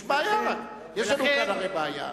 יש בעיה, יש לנו כאן הרי בעיה.